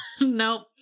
Nope